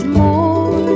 more